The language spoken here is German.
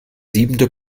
siebente